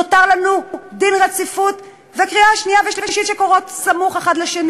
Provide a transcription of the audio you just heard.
נותרו לנו החלת דין רציפות וקריאה שנייה ושלישית שיהיו סמוכות זו לזו.